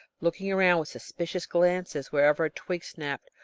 looking around with suspicious glances whenever a twig snapped,